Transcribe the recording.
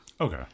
Okay